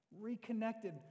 Reconnected